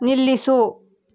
ನಿಲ್ಲಿಸು